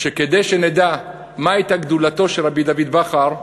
כדי שנדע מה הייתה גדולתו של רבי דוד בכר: